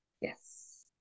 Yes